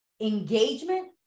engagement